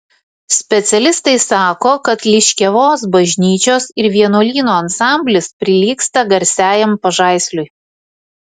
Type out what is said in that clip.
specialistai sako kad liškiavos bažnyčios ir vienuolyno ansamblis prilygsta garsiajam pažaisliui